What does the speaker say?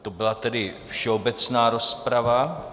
To byla tedy všeobecná rozprava.